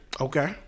Okay